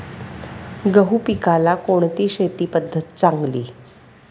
गहू पिकाला कोणती शेती पद्धत चांगली?